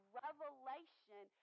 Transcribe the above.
revelation